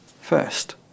first